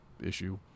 issue